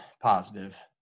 positive